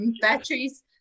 batteries